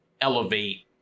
elevate